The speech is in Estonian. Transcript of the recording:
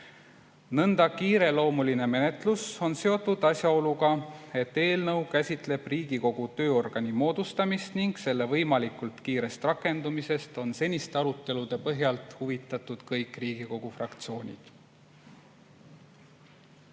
Nõnda kiireloomuline menetlus on seotud asjaoluga, et eelnõu käsitleb Riigikogu tööorgani moodustamist, ning selle võimalikult kiirest rakendumisest on seniste arutelude põhjal huvitatud kõik Riigikogu fraktsioonid.